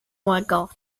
något